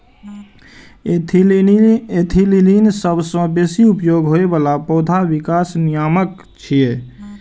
ethylene सबसं बेसी उपयोग होइ बला पौधा विकास नियामक छियै